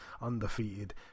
undefeated